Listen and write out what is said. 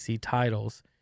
titles